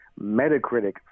Metacritic